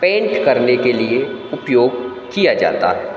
paint करने के लिए उपयोग किया जाता है